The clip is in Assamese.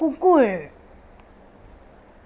কুকুৰ